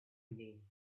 name